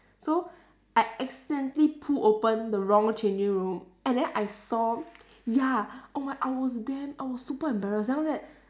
so I accidentally pulled open the wrong changing room and then I saw ya oh my I was damn I was super embarrassed then after that